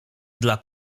dla